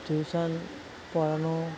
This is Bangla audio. টিউশন পড়ানো